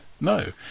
No